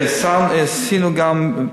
עשינו גם,